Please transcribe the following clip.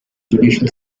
judicial